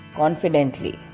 confidently